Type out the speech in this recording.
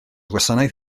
gwasanaeth